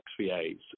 XVAs